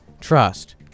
trust